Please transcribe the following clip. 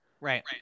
Right